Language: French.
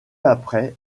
après